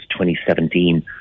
2017